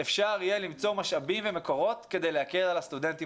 אפשר יהיה למצוא משאבים ומקורות כדי להקל על הסטודנטים.